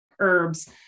herbs